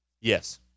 Yes